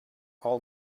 all